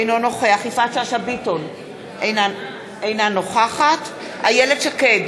אינו נוכח יפעת שאשא ביטון, אינה נוכחת איילת שקד,